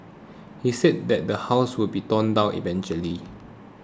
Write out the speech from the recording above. he said that the house will be torn down eventually